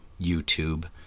YouTube